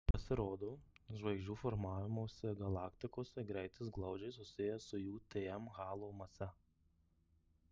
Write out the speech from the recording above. pasirodo žvaigždžių formavimosi galaktikose greitis glaudžiai susijęs su jų tm halo mase